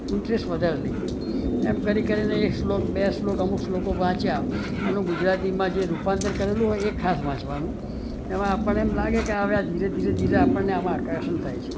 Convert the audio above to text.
interest વધારે લઈએ એમ કરી કરીને એક શ્લોક બે શ્લોક અમુક શ્લોકો વાંચ્યા એનું ગુજરાતીમાં જે રૂપાંતર કરેલું હોય એ ખાસ વાંચવાનું એમાં આપણ ને હવે એમ લાગે આમ ધીરે ધીરે હવે આપણને આકર્ષણ થાય છે